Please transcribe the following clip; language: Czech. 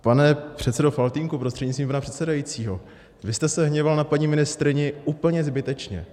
Pane předsedo Faltýnku prostřednictvím pana předsedajícího, vy jste se hněval na paní ministryni úplně zbytečně.